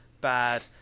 bad